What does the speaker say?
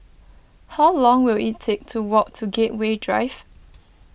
how long will it take to walk to Gateway Drive